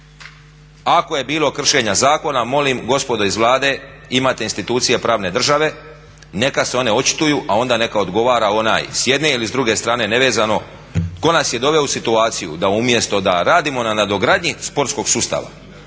Ako je bilo kršenja zakona molim gospodo iz Vlade imate institucije pravne države, neka se one očituju a onda neka odgovara onaj s jedne ili s druge strane nevezano tko nas je doveo u situaciju da umjesto da radimo na nadogradnji sportskog sustava